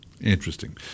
Interesting